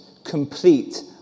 Complete